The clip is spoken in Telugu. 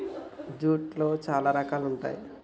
జూట్లో చాలా రకాలు ఉంటాయి